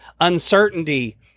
uncertainty